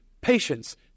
patience